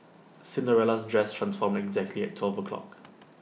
Cinderella's dress transformed exactly at twelve o' clock